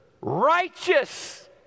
righteous